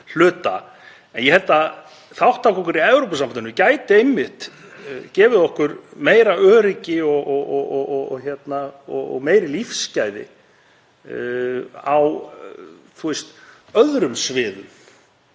En ég held að þátttaka okkar í Evrópusambandinu gæti einmitt gefið okkur meira öryggi og meiri lífsgæði á öðrum sviðum.